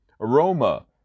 Aroma